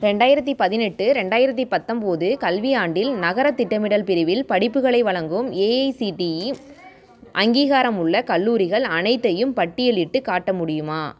ரெண்டாயிரத்தி பதினெட்டு ரெண்டாயிரத்தி பத்தொம்போது கல்வியாண்டில் நகரத் திட்டமிடல் பிரிவில் படிப்புகளை வழங்கும் ஏஐசிடிஇ அங்கீகாரமுள்ள கல்லூரிகள் அனைத்தையும் பட்டியலிட்டுக் காட்ட முடியுமா